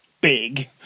big